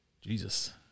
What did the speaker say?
Jesus